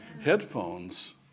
Headphones